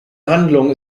handlung